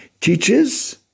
teaches